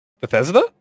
Bethesda